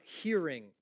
hearing